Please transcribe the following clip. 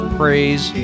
praise